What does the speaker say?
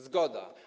Zgoda.